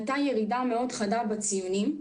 הייתה ירידה מאוד חדה בציונים,